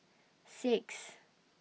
six